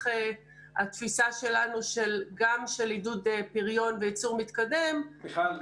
התפיסה שלנו גם של עידוד פריון וייצור מתקדם --- מיכל,